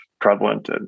prevalent